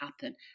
happen